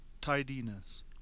tidiness